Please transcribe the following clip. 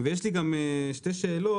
ויש לי גם שתי שאלות,